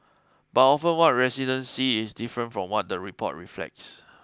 but often what residents see is different from what the report reflects